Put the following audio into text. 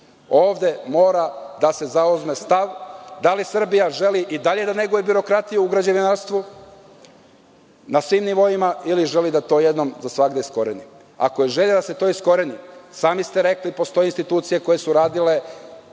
Ovde mora da se zauzme stav da li Srbija želi i dalje da neguje birokratiju u građe-vinarstvu, na svim nivoima, ili želi da to jednom za svagda iskoreni. Ako je želja da se to iskoreni, sami ste rekli da postoje institucije koje su radile